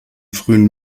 frühen